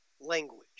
language